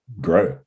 Great